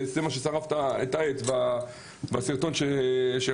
זה מה ששרף את העץ בסרטון שראינו.